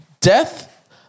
Death